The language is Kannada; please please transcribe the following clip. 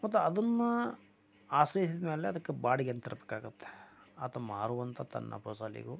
ಮತ್ತು ಅದನ್ನು ಆಶ್ರಯಿಸಿದ ಮೇಲೆ ಅದಕ್ಕೆ ಬಾಡಿಗೆಯನ್ನು ತೆರಬೇಕಾಗುತ್ತೆ ಆತ ಮಾರುವಂತ ತನ್ನ ಫಸಲಿಗು